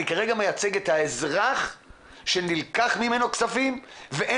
אני כרגע מייצג את האזרח שנלקחו ממנו כספים ואין